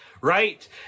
Right